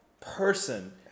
person